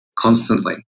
constantly